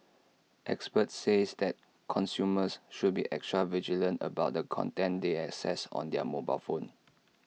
experts say that consumers should be extra vigilant about the content they access on their mobile phone